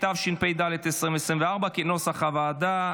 התשפ"ד 2024, כנוסח הוועדה.